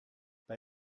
bei